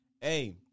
Hey